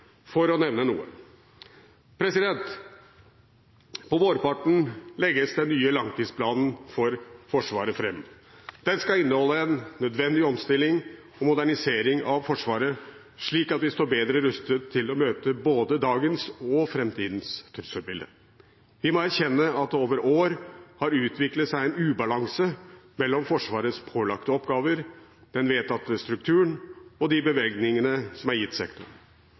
for å nevne noen. På vårparten legges den nye langtidsplanen for Forsvaret fram. Den skal inneholde en nødvendig omstilling og modernisering av Forsvaret, slik at vi står bedre rustet til å møte både dagens og framtidens trusselbilde. Vi må erkjenne at det over år har utviklet seg en ubalanse mellom Forsvarets pålagte oppgaver, den vedtatte strukturen og de bevilgningene som er gitt sektoren.